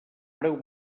preu